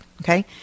Okay